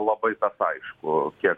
labai tas aišku kiek